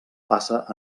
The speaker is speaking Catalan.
passa